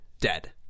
dead